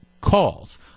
calls